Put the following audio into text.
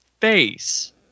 face